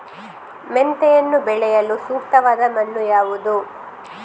ಮೆಂತೆಯನ್ನು ಬೆಳೆಯಲು ಸೂಕ್ತವಾದ ಮಣ್ಣು ಯಾವುದು?